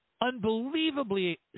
unbelievably